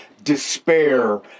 Despair